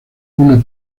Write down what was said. una